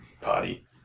party